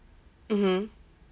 mmhmm